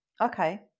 Okay